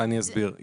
אני אסביר.